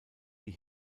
die